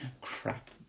crap